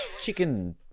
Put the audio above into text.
chicken